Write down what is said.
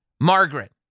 Margaret